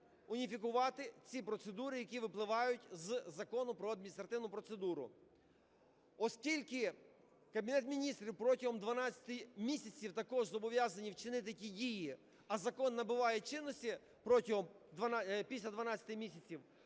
уніфікувати ці процедури, які випливають з Закону "Про адміністративну процедуру". Оскільки Кабінет Міністрів протягом 12 місяців також зобов'язаний вчинити ті дії, а закон набуває чинності після 12 місяців,